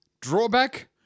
Drawback